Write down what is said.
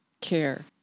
care